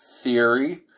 Theory